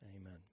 Amen